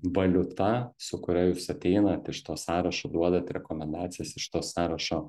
valiuta su kuria jūs ateinat iš to sąrašo duodat rekomendacijas iš to sąrašo